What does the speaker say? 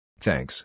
Thanks